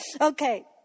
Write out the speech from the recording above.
Okay